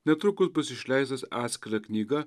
netrukus bus išleistas atskira knyga